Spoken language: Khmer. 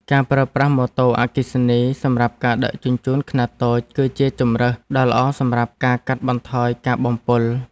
ការប្រើប្រាស់ម៉ូតូអគ្គិសនីសម្រាប់ការដឹកជញ្ជូនខ្នាតតូច គឺជាជម្រើសដ៏ល្អសម្រាប់ការកាត់បន្ថយការបំពុល។